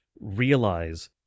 realize